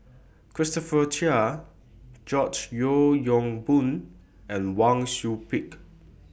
Christopher Chia George Yeo Yong Boon and Wang Sui Pick